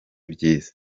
byiza